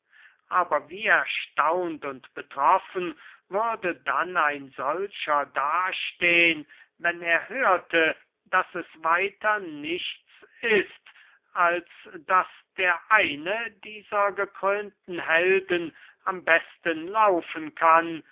aber wie erstaunt und betroffen würde dann ein solcher dastehn wenn er hörte daß es weiter nichts ist als daß der eine dieser gekrönten helden am besten laufen kann